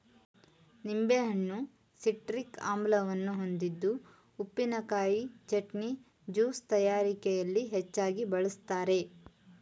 ನಿಂಬೆಹಣ್ಣು ಸಿಟ್ರಿಕ್ ಆಮ್ಲವನ್ನು ಹೊಂದಿದ್ದು ಉಪ್ಪಿನಕಾಯಿ, ಚಟ್ನಿ, ಜ್ಯೂಸ್ ತಯಾರಿಕೆಯಲ್ಲಿ ಹೆಚ್ಚಾಗಿ ಬಳ್ಸತ್ತರೆ